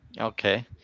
Okay